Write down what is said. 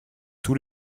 tous